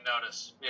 notice